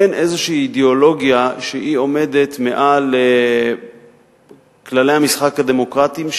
אין אידיאולוגיה כלשהי שעומדת מעל כללי המשחק הדמוקרטיים,